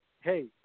Hey